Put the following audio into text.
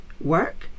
Work